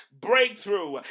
breakthrough